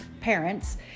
parents